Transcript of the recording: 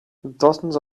dozens